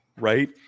right